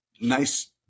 nice